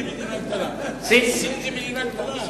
סין זה מדינה קטנה.